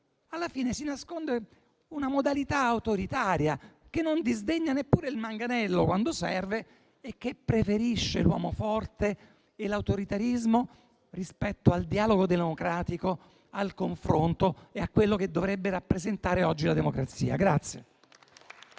alla fine, si nasconde una modalità autoritaria, che non disdegna neppure il manganello, quando serve, e che preferisce l'uomo forte e l'autoritarismo rispetto al dialogo democratico, al confronto e a ciò che dovrebbe rappresentare oggi la democrazia.